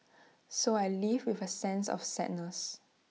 so I leave with A sense of sadness